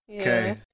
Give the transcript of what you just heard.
okay